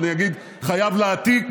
אבל אני אגיד חייב להעתיק,